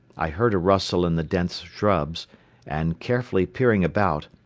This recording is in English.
i heard a rustle in the dense shrubs and, carefully peering about,